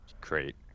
Great